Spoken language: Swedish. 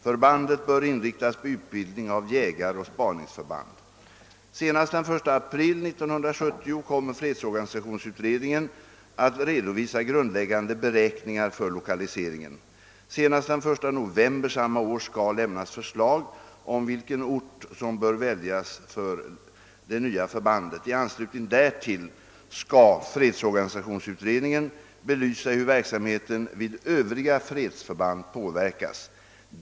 Förbandet bör inriktas på utbildning av jägaroch spaningsförband. Senast den 1 april 1970 kommer fredsorganisationsutredningen att redovisa grundläggande beräkningar för 1okaliseringen. Senast den 1 november samma år skall lämnas förslag om vilken ort som bör väljas för det nya förbandet. I anslutning därtill skall fredsorganisationsutredningen belysa hur verksamheten vid övriga fredsförband påverkas.